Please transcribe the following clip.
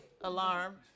alarm